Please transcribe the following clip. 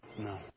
No